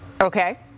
Okay